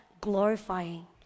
Glorifying